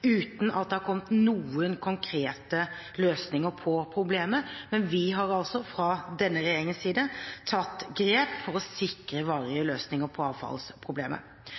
uten at det har kommet noen konkrete løsninger på problemet. Men vi har altså fra denne regjeringens side tatt grep for å sikre varige løsninger på avfallsproblemet.